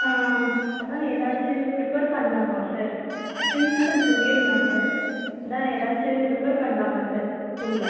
ஆ அதுதான் ஏதாச்சும் ப்ரிப்பர் பண்ணலாமா சார் ப்ரின்ஸிபல் சொல்லியிருந்தாங்க அதுதான் ஏதாச்சும் ப்ரிப்பர் பண்ணலாமா சார் ஸ்கூலில்